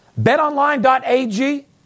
Betonline.ag